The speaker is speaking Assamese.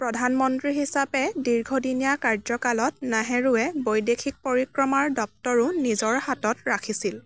প্ৰধানমন্ত্ৰী হিচাপে দীৰ্ঘদিনীয়া কাৰ্যকালত নাহেৰুৱে বৈদেশিক পৰিক্ৰমাৰ দপ্তৰো নিজৰ হাতত ৰাখিছিল